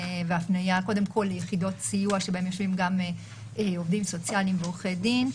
והפנייה קודם כל ליחידות סיוע שבהם יושבים עובדים סוציאליים ועורכי דין,